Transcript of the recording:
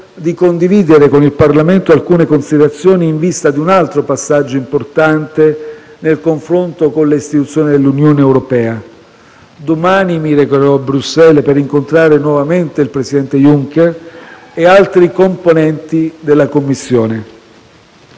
di condividere con il Parlamento alcune considerazioni in vista di un altro passaggio importante nel confronto con le istituzioni dell'Unione europea. Domani mi recherò a Bruxelles per incontrare nuovamente il presidente Juncker e altri componenti della Commissione.